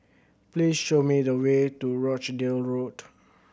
please show me the way to Rochdale Road